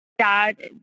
Dad